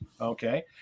Okay